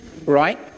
right